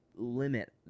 limit